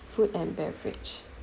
food and beverage